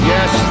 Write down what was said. Yes